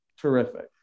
terrific